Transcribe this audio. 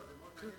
לא, לא.